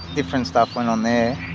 different stuff went on there,